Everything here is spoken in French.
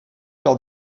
par